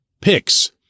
picks